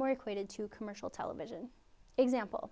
more equated to commercial television example